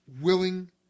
willing